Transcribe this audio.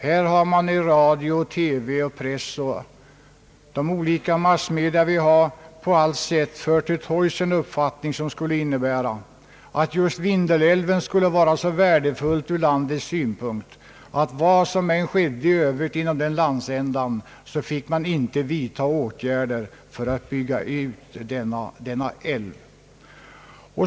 Här har man i radio, TV och press, genom de olika massmedia vi har, på allt sätt fört till torgs en uppfattning som skulle innebära att just Vindelälven skulle vara så värdefull ur landets synpunkt att vad som än i övrigt skedde inom den landsändan så fick man inte vidta åtgärder för att bygga ut denna älv.